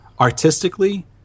Artistically